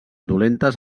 dolentes